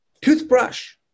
toothbrush